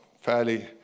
fairly